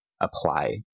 apply